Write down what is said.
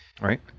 Right